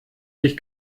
sich